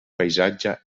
paisatge